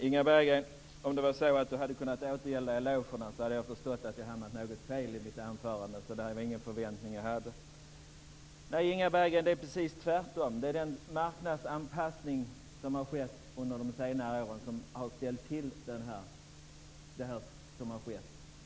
Herr talman! Om Inga Berggren hade kunnat återgälda elogerna hade jag förstått att jag hamnat något fel i mitt anförande. Det var inga förväntningar jag hade. Nej, Inga Berggren, det är precis tvärtom. Det är den marknadsanpassning som har skett under de senaste åren som har ställt till det.